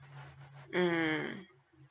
mm